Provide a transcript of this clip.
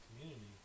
community